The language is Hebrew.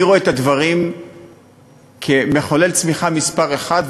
רואה את הדברים כמחולל צמיחה מספר אחת,